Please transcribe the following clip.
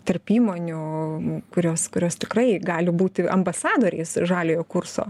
tarp įmonių kurios kurios tikrai gali būti ambasadoriais žaliojo kurso